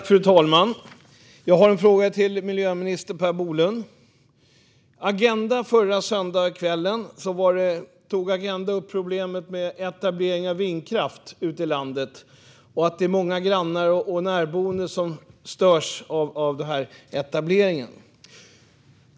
Fru talman! Jag har en fråga till miljöminister Per Bolund. Förra söndagskvällen tog Agenda upp problemet med etableringen av vindkraft ute i landet och att det är många grannar och närboende som störs av den.